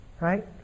Right